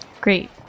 Great